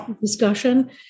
discussion